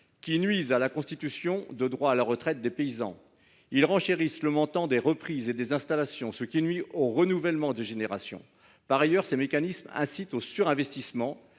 qui compromettent la constitution de droits à la retraite des paysans. Ils renchérissent le montant des reprises et des installations, ce qui nuit au renouvellement des générations. Par ailleurs, ces mécanismes incitent aux surinvestissements,